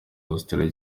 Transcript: australia